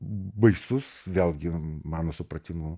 baisus vėlgi mano supratimu